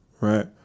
right